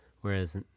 whereas